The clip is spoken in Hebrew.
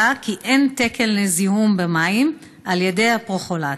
עלה כי אין תקן לזיהום במים על ידי פרכלורט.